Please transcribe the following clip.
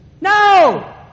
No